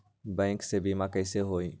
Bank से बिमा कईसे होई?